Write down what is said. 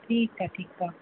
ठीकु आहे ठीकु आहे